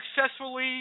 successfully